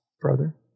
Brother